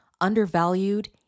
undervalued